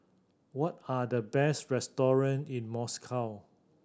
what are the best restaurant in Moscow